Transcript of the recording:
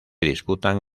disputan